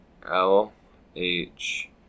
LH